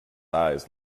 eyes